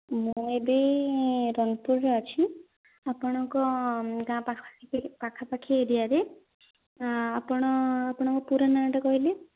ମୁଁ ଏବେ ରଣପୁରରେ ଅଛି ଆପଣଙ୍କ ଗାଁ ପାଖା ପାଖାପାଖି ଏରିଆରେ ଆପଣ ଆପଣଙ୍କ ପୁରା ନାଁ ଟା କହିଲେ